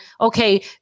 okay